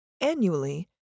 annually